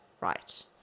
right